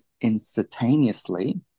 instantaneously